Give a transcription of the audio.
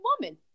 woman